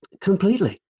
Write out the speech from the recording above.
Completely